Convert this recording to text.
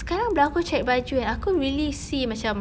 sekarang bila aku check baju kan aku really see macam